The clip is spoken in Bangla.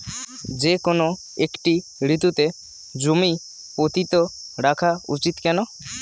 যেকোনো একটি ঋতুতে জমি পতিত রাখা উচিৎ কেন?